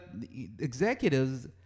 executives